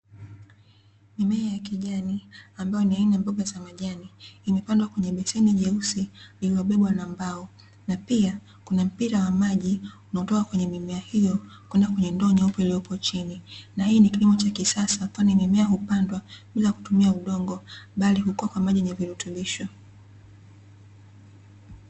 Mimea ya kijani ambayo ni aina ya mboga za majani, imepandwa kwenye mashine nyeusi iliyobebwa na mbao, na pia kuna mpira wa maji unaotoka kwenye mimea hiyo kwenda kwenye ndoo nyeupe iliyopo chini. Na hiki ni kilimo cha kisasa, kwani mimea hupandwa bila kutumia udongo, bali hukua kwa maji yenye virutubisho.